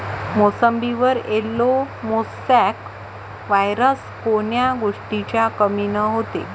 मोसंबीवर yellow mosaic virus कोन्या गोष्टीच्या कमीनं होते?